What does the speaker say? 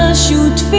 ah shoots